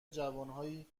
جوانهایی